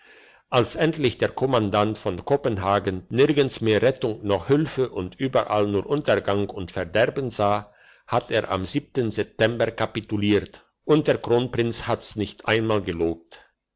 als endlich der kommandant von kopenhagen nirgends mehr rettung noch hülfe und überall nur untergang und verderben sah hat er am september kapituliert und der kronprinz hat's nicht einmal gelobt